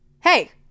hey